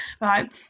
right